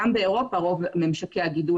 גם באירופה רוב ממשק הגידול